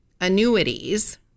annuities